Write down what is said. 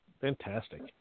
fantastic